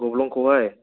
गब्लंखौहाय